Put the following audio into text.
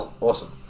Awesome